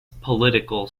political